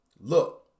look